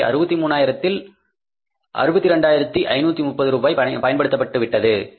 எனவே 63000 இல் 62530 ரூபாய் பயன்படுத்தப்பட்டு விட்டது